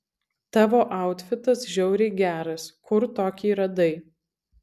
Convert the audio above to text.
tavo autfitas žiauriai geras kur tokį radai